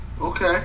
Okay